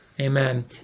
Amen